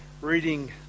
reading